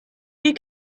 you